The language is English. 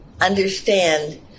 understand